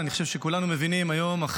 אני חושב שכולנו מבינים היום,